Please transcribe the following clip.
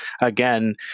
again